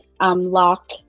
lock